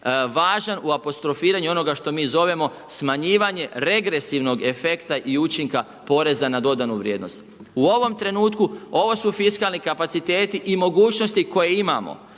važan u apostrofiranju onoga što mi zovemo smanjivanje regresivnog efekta i učinka poreza na dodanu vrijednost. U ovom trenutku ovo su fiskalni kapaciteti i mogućnosti koje imamo.